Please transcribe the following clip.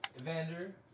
Evander